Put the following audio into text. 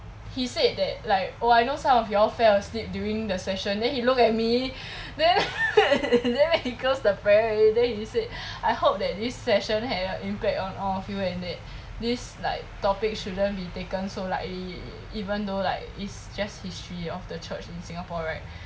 he said that like oh I know some of you all fell asleep during the session then he looked at me and then he close the prayer already then he said I hope that this session had an impact on all of you and this like topic shouldn't be taken so lightly even though like is just history of the church in singapore right